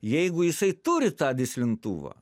jeigu jisai turi tą dislintuvą